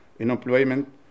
unemployment